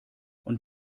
und